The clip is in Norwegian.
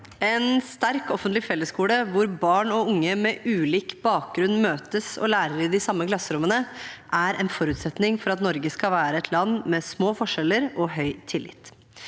En sterk offentlig fellesskole, hvor barn og unge med ulik bakgrunn møtes og lærer i de samme klasserommene, er en forutsetning for at Norge skal være et land med små forskjeller og høy tillit.